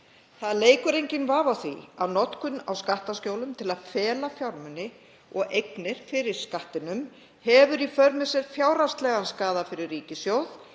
Það leikur enginn vafi á því að notkun á skattaskjólum til að fela fjármuni og eignir fyrir Skattinum hefur í för með sér fjárhagslegan skaða fyrir ríkissjóð